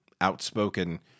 outspoken